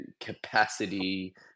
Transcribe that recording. capacity